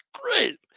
great